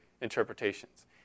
interpretations